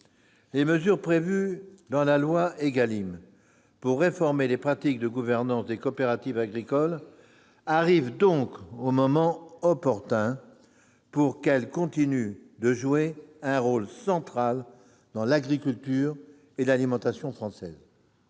Les mesures prévues dans la loi ÉGALIM pour réformer les pratiques de gouvernance des coopératives agricoles arrivent donc au moment opportun pour que celles-ci continuent de jouer un rôle central dans l'agriculture et l'alimentation françaises.